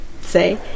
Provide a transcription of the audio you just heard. say